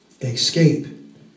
escape